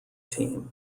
team